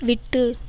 விட்டு